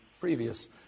previous